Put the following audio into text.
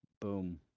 boom